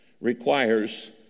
requires